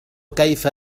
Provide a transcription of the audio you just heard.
كيف